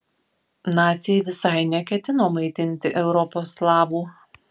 naciai visai neketino maitinti europos slavų